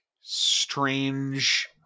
strange